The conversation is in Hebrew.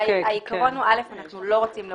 העיקרון הוא שאנחנו לא רוצים להוריד,